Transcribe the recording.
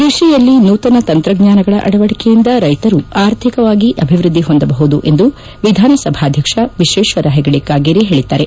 ಕೈಡಿಯಲ್ಲಿ ನೂತನ ತಂತ್ರಜ್ಞಾನಗಳ ಅಳವಡಿಕೆಯಿಂದ ರೈತರು ಅರ್ಥಿಕವಾಗಿ ಅಭಿವ್ಸದ್ದಿ ಹೊಂದಬಹುದು ಎಂದು ವಿಧಾನಸಭಾಧ್ಯಕ್ಷ ವಿಶ್ವೇಶ್ವರ ಹೆಗಡೆ ಕಾಗೇರಿ ಹೇಳಿದ್ದಾರೆ